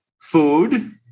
food